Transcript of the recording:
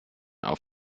auf